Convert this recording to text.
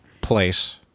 place